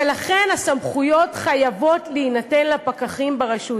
ולכן הסמכויות חייבות להינתן לפקחים ברשות.